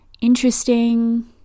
interesting